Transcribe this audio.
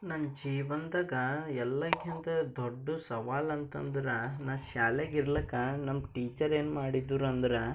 ನನ್ನ ಜೀವನ್ದಾಗ ಎಲ್ಲಕ್ಕಿಂತ ದೊಡ್ಡು ಸವಾಲಂತಂದರೆ ನಾ ಶಾಲ್ಯಾಗ ಇರ್ಲಕ್ಕ ನಮ್ಮ ಟೀಚರ್ ಏನು ಮಾಡಿದರು ಅಂದ್ರೆ